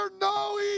no